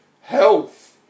Health